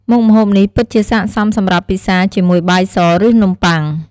មុខម្ហូបនេះពិតជាស័ក្តិសមសម្រាប់ពិសាជាមួយបាយស ឬនំប៉័ង។